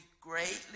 greatly